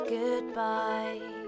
goodbye